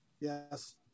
Yes